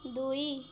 ଦୁଇ